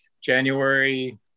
January